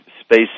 space